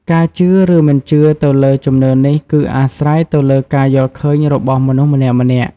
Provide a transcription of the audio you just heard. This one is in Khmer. ការជឿឬមិនជឿទៅលើជំនឿនេះគឺអាស្រ័យទៅលើការយល់ឃើញរបស់មនុស្សម្នាក់ៗ។